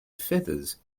feathers